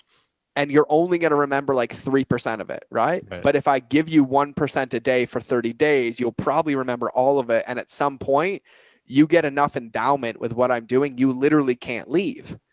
and you're only going to remember like three percent of it. right. but if i give you one percent a day for thirty days, you'll probably remember all of it. and at some point you get enough endowment with what i'm doing. you literally can't leave.